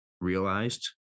realized